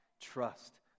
trust